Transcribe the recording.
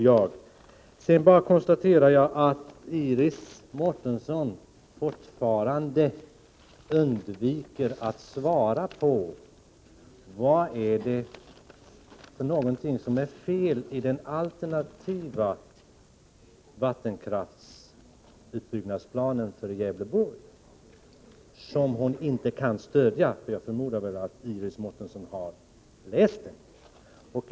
Jag konstaterar att Iris Mårtensson fortfarande undviker att svara på frågan: Vad är det som är fel i den alternativa vattenkraftsutbyggnadsplanen för Gävleborg som hon inte kan stödja? Jag förmodar att Iris Mårtensson har läst förslaget.